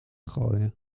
gooien